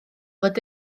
fod